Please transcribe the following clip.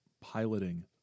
piloting